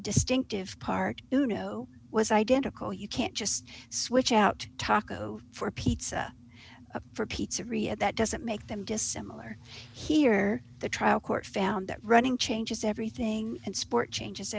distinctive part you know was identical you can't just switch out taco for pizza for pizzeria that doesn't make them dissimilar here the trial court found that running changes everything and sport changes